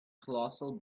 colossal